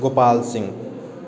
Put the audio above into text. Gopal Singh